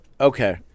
okay